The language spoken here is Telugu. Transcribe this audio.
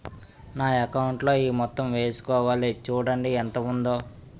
నా అకౌంటులో ఈ మొత్తం ఏసుకోవాలి చూడండి ఎంత ఉందో